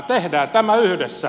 tehdään tämä yhdessä